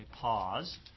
pause